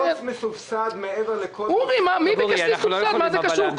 מה זה קשור?